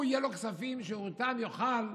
יהיו לו כספים שאותם יוכל,